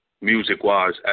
music-wise